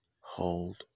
hold